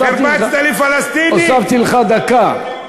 הרבצת לפלסטיני, הוספתי לך דקה.